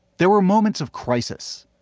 there were moments of crisis.